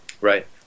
Right